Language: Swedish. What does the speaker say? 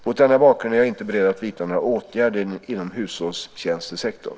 Mot denna bakgrund är jag inte beredd att vidta några åtgärder inom hushållstjänstesektorn.